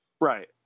Right